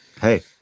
Hey